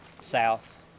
South